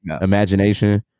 imagination